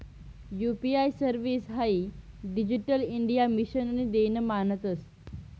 UPI service हाई digital India मिशननी देन मानतंस